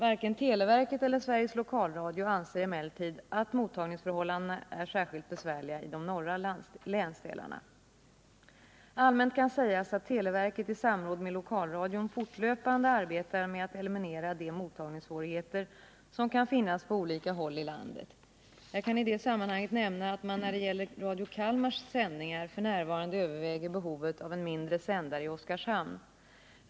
Varken televerket eller Sveriges Lokalradio anser emellertid att mottagningsförhållandena är särskilt besvärliga i de norra länsdelarna. Allmänt kan sägas att televerket i samråd med lokalradion fortlöpande arbetar med att eliminera de mottagningssvårigheter som kan finnas på olika håll i landet. Jag kan i det sammanhanget nämna att man när det gäller Radio Kalmars sändningar f.n. överväger behovet av en mindre sändare i Oskarshamn.